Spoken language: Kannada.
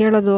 ಕೇಳೋದು